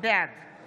בעד